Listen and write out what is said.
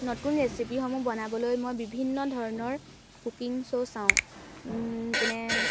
নতুন ৰেচিপিসমূহ বনাবলৈ মই বিভিন্ন ধৰণৰ কুকিং শ্ব' চাওঁ যেনে